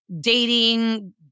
dating